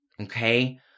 Okay